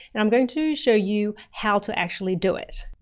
and i'm going to show you how to actually do it.